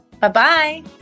Bye-bye